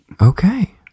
Okay